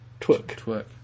Twerk